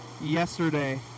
yesterday